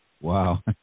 Wow